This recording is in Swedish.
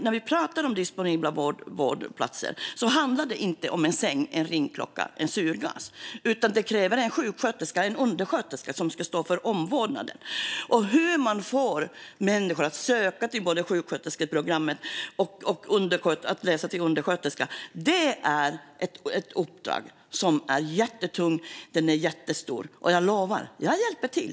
När vi pratar om disponibla vårdplatser handlar det inte om en säng, en ringklocka och syrgas. Det krävs givetvis en sjuksköterska och en undersköterska som ska stå för omvårdnaden. Hur man får människor att söka både till sjuksköterskeprogrammet och till att läsa till undersköterska är ett uppdrag som är jättetungt och jättestort. Och jag lovar: Jag hjälper till!